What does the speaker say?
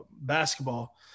basketball